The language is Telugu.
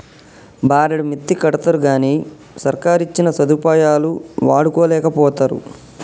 బారెడు మిత్తికడ్తరుగని సర్కారిచ్చిన సదుపాయాలు వాడుకోలేకపోతరు